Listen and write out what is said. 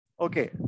Okay